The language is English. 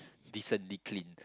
decently clean